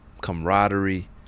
camaraderie